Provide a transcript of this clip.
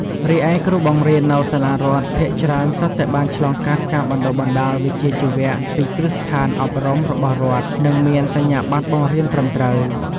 រីឯគ្រូបង្រៀននៅសាលារដ្ឋភាគច្រើនសុទ្ធតែបានឆ្លងកាត់ការបណ្តុះបណ្តាលវិជ្ជាជីវៈពីគ្រឹះស្ថានអប់រំរបស់រដ្ឋ និងមានសញ្ញាបត្របង្រៀនត្រឹមត្រូវ។